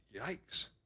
Yikes